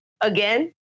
again